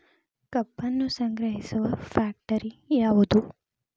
ಕಬ್ಬನ್ನು ಸಂಗ್ರಹಿಸುವ ಫ್ಯಾಕ್ಟರಿ ಯಾವದು?